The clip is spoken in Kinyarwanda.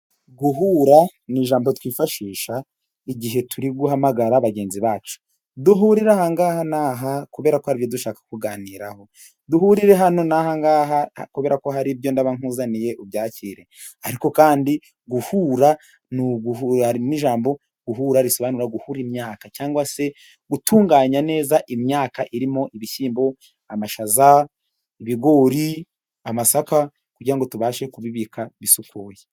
Guhura ni ijambo twifashisha igihe turi guhamagara bagenzi bacu, duhurire aha ngaha n'aha kubera ko hari ibyo dushaka kuganiraho, duhurire hano n'aha hanga kubera ko hari ibyo ndaba nkuzaniye ubyakire, ariko kandi guhura harimo ijambo "guhura" risobanura guhura imyaka, cyangwa se gutunganya neza imyaka irimo ibishyimbo, amashaza, ibigori, amasaka, kugirango ngo tubashe kubibika bisukuye.